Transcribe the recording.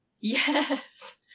Yes